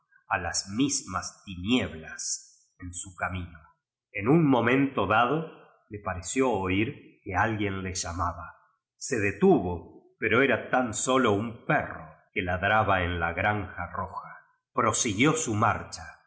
a las mismas tinieblas en su camino en nn momento dado le pareció oír que alguien le llamaba se detuvo vero era tan sólo im porro que ladraba en la granja roja prosiguió su marcha